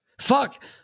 Fuck